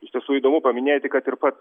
iš tiesų įdomu paminėti kad ir pats